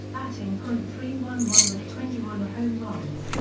batting point three one one with twenty one home runs,